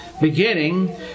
beginning